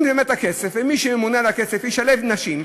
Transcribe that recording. אם מי שממונה על הכסף ישלב נשים,